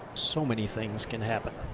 so many things can happen.